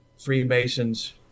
Freemasons